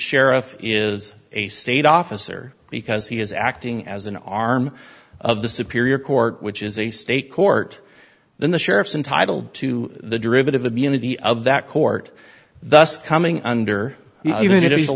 sheriff is a state officer because he is acting as an arm of the superior court which is a state court then the sheriff's intitled to the derivative immunity of that court thus coming under even if